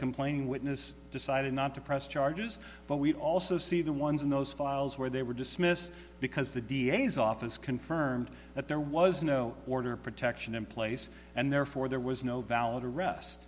complaining witness decided not to press charges but we also see the ones in those files where they were dismissed because the d a s office confirmed that there was no border protection in place and therefore there was no valid arrest